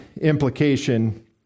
implication